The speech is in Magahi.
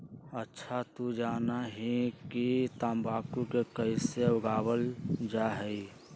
अच्छा तू जाना हीं कि तंबाकू के कैसे उगावल जा हई?